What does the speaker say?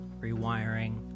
rewiring